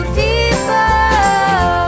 people